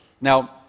Now